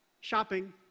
shopping